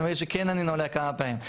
שכן ענינו עליה כמה פעמים.